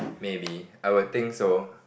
maybe I would think so